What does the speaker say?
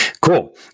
Cool